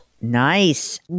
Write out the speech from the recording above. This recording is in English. Nice